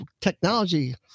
technology